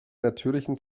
natürlichen